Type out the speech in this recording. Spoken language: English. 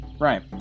Right